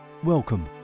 Welcome